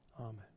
Amen